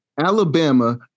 Alabama